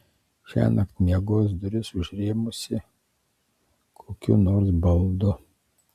šiąnakt miegos duris užrėmusi kokiu nors baldu